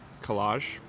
collage